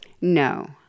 No